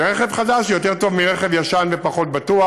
ורכב חדש יותר טוב מרכב ישן ויותר בטוח.